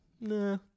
Nah